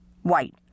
White